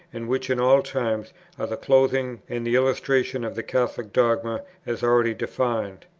and which in all times are the clothing and the illustration of the catholic dogma as already defined.